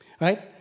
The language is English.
right